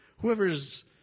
Whoever's